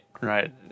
right